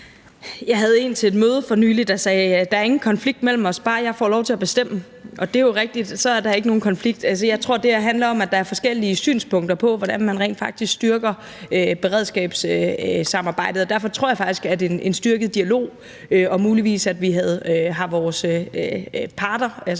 Jeg havde en til et møde for nylig, der sagde: Der er ingen konflikt mellem os, bare jeg får lov til at bestemme. Det er jo rigtigt, for så er der ikke nogen konflikt. Jeg tror, at det her handler om, at der er forskellige synspunkter på, hvordan man rent faktisk styrker beredskabssamarbejdet, og derfor tror jeg faktisk, at en styrket dialog, og muligvis at vi har vores parter, altså